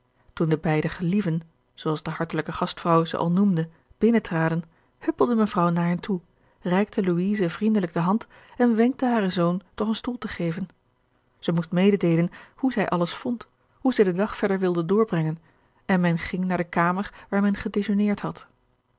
toen de beide gelieven zooals de hartelijke gastvrouw ze al noemde binnentraden huppelde mevrouw naar hen toe reikte louise vriendelijk de hand en wenkte haren zoon toch een stoel te geven zij moest mededeelen hoe zij alles vond hoe zij den dag verder wilde doorbrengen en men ging naar de kamer waar men gedejeuneerd had